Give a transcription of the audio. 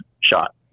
shot